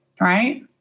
right